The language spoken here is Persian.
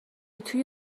توی